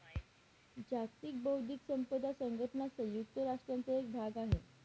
जागतिक बौद्धिक संपदा संघटना संयुक्त राष्ट्रांचा एक भाग आहे